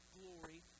glory